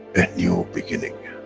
a new beginning,